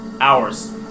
hours